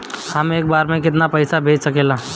हम एक बार में केतना पैसा भेज सकिला?